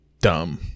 dumb